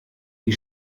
die